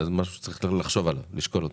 זה משהו שצריך לחשוב עליו ולשקול אותו.